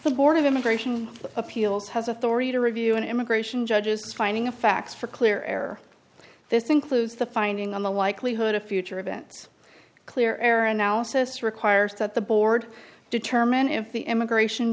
the board of immigration appeals has authority to review an immigration judges finding a fax for clear error this includes the finding on the likelihood of future events clear error analysis requires that the board determine if the immigration